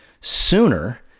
sooner